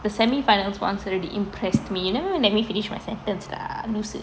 the semi finals [ones] already impressed me you never even let me finish my sentence lah lose